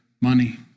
money